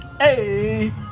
Hey